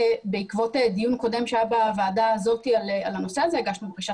בעקבות דיון קודם שהיה בוועדה הזאת על הנושא הזה הגשנו בקשת